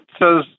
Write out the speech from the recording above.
says